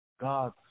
God